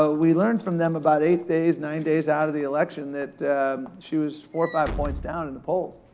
ah we learned from them about eight days, nine days out of the election that she was four, five points down in the polls.